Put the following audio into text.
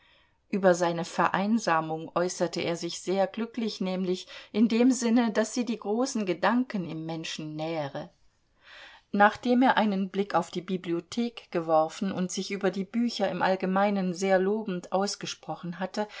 über seine vereinsamung äußerte er sich sehr glücklich nämlich in dem sinne daß sie die großen gedanken im menschen nähre nachdem er einen blick auf die bibliothek geworfen und sich über die bücher im allgemeinen sehr lobend ausgesprochen hatte